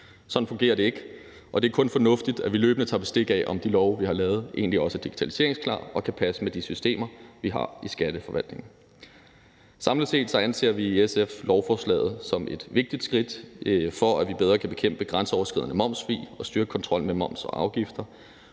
Sådan fungerer det ikke, og det er kun fornuftigt, at vi løbende tager bestik af, om de love, vi har lavet, egentlig også er digitaliseringsklar og kan passe med de systemer, vi har i Skatteforvaltningen. Samlet set anser vi i SF lovforslaget som et vigtigt skridt for, at vi bedre kan bekæmpe grænseoverskridende momssvig og styrke kontrollen med moms og afgifter,